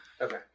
Okay